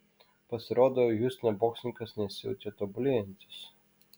pasirodo hjustone boksininkas nesijautė tobulėjantis